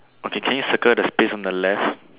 okay can you circle the space on the left